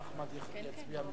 אדוני היושב-ראש,